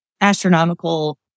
astronomical